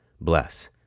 Bless